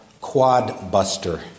Quadbuster